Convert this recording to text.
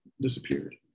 disappeared